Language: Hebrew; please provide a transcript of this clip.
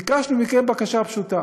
ביקשנו מכם בקשה פשוטה: